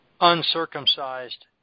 uncircumcised